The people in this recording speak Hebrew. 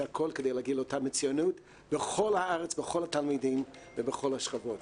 הכל כדי ל- - -אותם לציונות בכל הארץ בכל התלמידים ובכל השכבות.